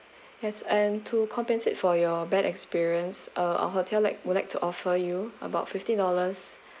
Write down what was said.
yes and to compensate for your bad experience uh our hotel like would like to offer you about fifty dollars